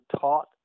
taught